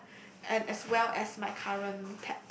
and as well as my current pet